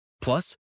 Plus